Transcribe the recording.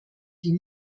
die